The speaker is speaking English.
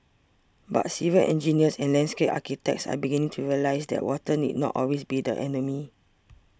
but civil engineers and landscape architects are beginning to realise that water need not always be the enemy